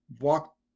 walk